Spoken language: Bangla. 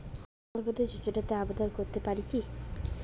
প্রধানমন্ত্রী যোজনাতে আবেদন করতে পারি কি?